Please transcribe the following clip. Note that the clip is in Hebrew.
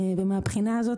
מהבחינה הזאת,